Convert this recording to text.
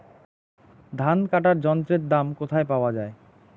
ধান কাটার যন্ত্রের দাম কোথায় পাওয়া যায়?